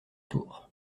tours